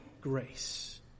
grace